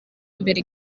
mbere